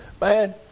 Man